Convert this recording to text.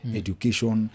education